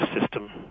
system